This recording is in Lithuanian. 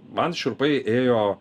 man šiurpai ėjo